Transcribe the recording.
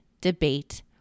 debate